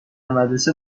مدرسه